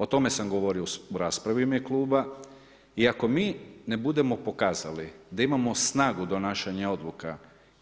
O tome sam govorio u raspravi u ime kluba i ako mi ne budemo pokazali da imamo snagu donašanja odluka